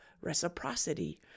reciprocity